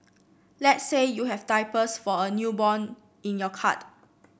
let's say you have diapers for a newborn in your cart